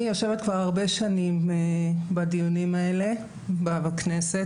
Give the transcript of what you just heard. אני יושבת כבר הרבה שנים בדיונים האלה בכנסת,